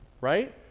right